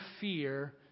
fear